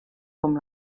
com